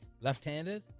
left-handed